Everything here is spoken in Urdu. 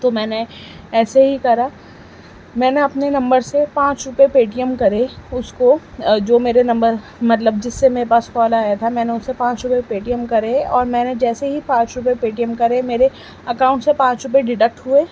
تو میں نے ایسے ہی کرا میں نے اپنے نمبر سے پانچ روپے پے ٹی ایم کرے اس کو جو میرے نمبر مطلب جس سے میرے پاس کال آیا تھا میں نے اس سے پانچ روپیہ پے ٹی ایم کرے میں نے جیسے ہی پانچ روپے پے ٹی ایم کرے میرے اکاؤنٹ سے پانچ روپے ڈیڈکٹ ہوئے